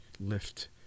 lift